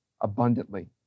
abundantly